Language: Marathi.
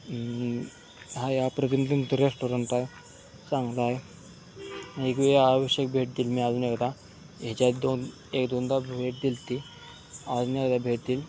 हा या प्रतिनिंतर रेस्टॉरंट आय चांगलाय एकवेळी आवश्यक भेट देईल मी अजून एकदा हेच्या दोन एक दोनदा भेट देईल ती अजून एकदा भेट देईल